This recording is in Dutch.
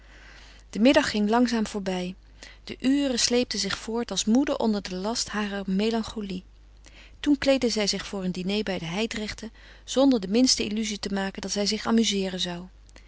de middag ging langzaam voorbij de uren sleepten zich voort als moede onder den last harer melancholie toen kleedde zij zich voor een diner bij de hijdrechten zonder de minste illuzie te maken dat zij zich amuzeeren zou